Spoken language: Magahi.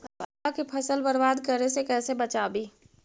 चुहा के फसल बर्बाद करे से कैसे बचाबी?